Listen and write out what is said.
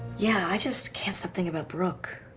yeah. i just can't stop thinking about brook.